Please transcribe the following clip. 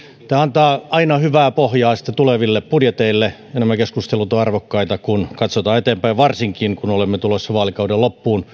tämä antaa aina hyvää pohjaa tuleville budjeteille ja nämä keskustelut ovat arvokkaita kun katsotaan eteenpäin varsinkin kun olemme tulossa vaalikauden loppuun